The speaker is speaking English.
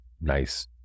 nice